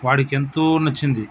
వాడికి ఎంతో నచ్చింది